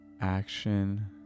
action